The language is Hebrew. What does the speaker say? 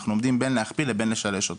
אנחנו עומדים בין להכפיל לבין לשלש אותו.